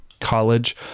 college